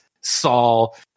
Saul